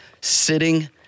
sitting